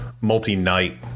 multi-night